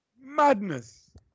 madness